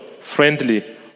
friendly